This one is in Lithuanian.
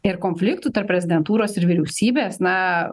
ir konfliktų tarp prezidentūros ir vyriausybės na